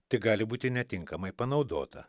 tik gali būti netinkamai panaudota